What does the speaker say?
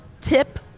tip